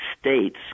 States